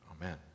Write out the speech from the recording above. Amen